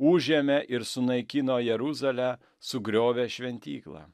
užėmė ir sunaikino jeruzalę sugriovė šventyklą